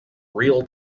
real